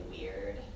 weird